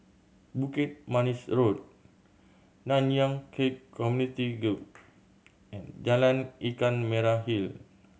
Bukit Manis Road Nanyang Khek Community Guild and Jalan Ikan Merah Hill